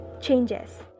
changes